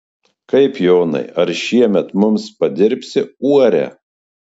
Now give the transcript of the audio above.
kaip jonai ar šiemet mums padirbsi uorę